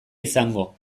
izango